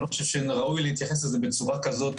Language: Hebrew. ואני לא חושב שראוי להתייחס לזה בצורה כזאת.